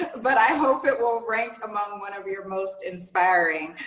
but i hope it will rank among one of your most inspiring.